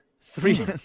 three